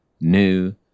new